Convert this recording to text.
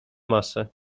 masę